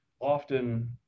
often